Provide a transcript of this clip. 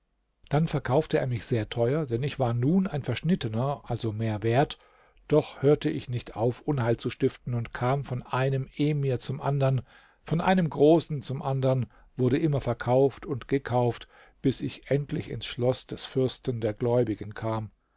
dann verkaufte er mich sehr teuer denn ich war nun ein verschnittener also mehr wert doch hörte ich nicht auf unheil zu stiften und kam von einem emir zum andern von einem großen zum andern wurde immer verkauft und gekauft bis ich endlich ins schloß des fürsten der gläubigen kam